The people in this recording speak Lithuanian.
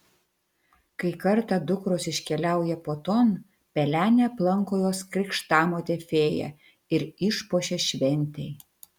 kai kartą dukros iškeliauja puoton pelenę aplanko jos krikštamotė fėja ir išpuošia šventei